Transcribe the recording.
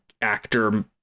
actor